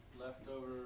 Leftover